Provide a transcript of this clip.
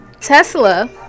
Tesla